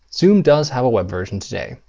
zoom does have a web version today.